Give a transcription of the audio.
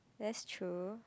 that's true